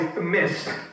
missed